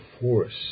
force